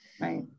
right